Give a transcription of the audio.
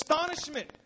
astonishment